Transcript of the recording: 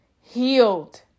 healed